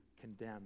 condemn